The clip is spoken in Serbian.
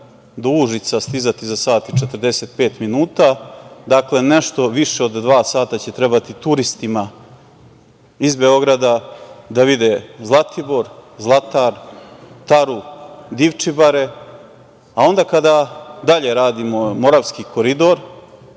do Užica stizati za sat i 45 minuta , dakle, nešto više od dva sata će trebati turistima iz Beograda da vide Zlatibor, Zlatar, Taru, Divčibare. Onda kada dalje uradimo Moravski koridor,